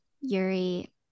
Yuri